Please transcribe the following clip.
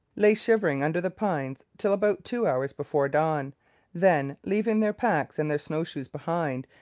lay shivering under the pines till about two hours before dawn then, leaving their packs and their snow-shoes behind,